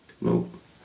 Nope